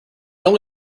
only